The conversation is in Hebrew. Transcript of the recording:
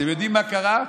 אתם יודעים מה קרה?